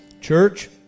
Church